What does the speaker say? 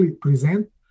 present